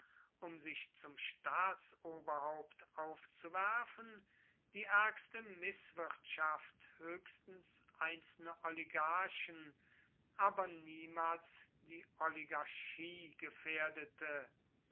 um sich zum staatsoberhaupt aufzuwerfen die ärgste mißwirtschaft höchstens einzelne oligarchen aber niemals die oligarchie gefährdete